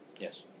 Yes